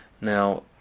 Now